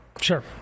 Sure